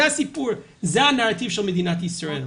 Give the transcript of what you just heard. זה הסיפור, זה הנרטיב של מדינת ישראל.